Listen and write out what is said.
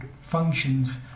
functions